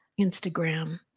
Instagram